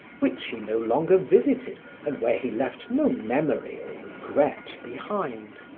which he no longer visited and where he left no memory or regret behind.